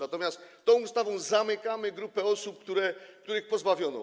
Natomiast tą ustawą zamykamy grupę osób, których tego pozbawiono.